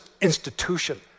institution